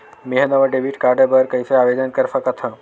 मेंहा नवा debit card बर कैसे आवेदन कर सकथव?